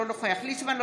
אינו נוכח יעקב ליצמן,